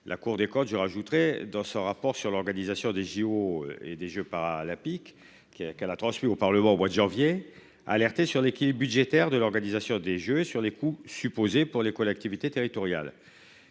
La Cour des comptes je rajouterai dans ce rapport sur l'organisation des JO et des Jeux par la. Qui a, qu'elle a transmis au Parlement au mois de janvier alerter sur l'équilibre budgétaire de l'organisation des Jeux sur les coups supposés pour les collectivités territoriales.